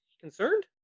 concerned